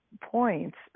points